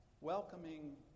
welcoming